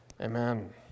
amen